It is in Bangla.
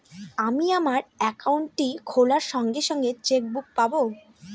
আমি আমার একাউন্টটি খোলার সঙ্গে সঙ্গে চেক বুক পাবো?